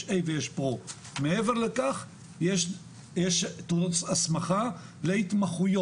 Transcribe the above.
יש A ויש PRO. מעבר לכך יש תעודות הסמכה להתמחויות.